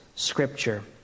Scripture